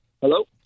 Hello